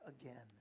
again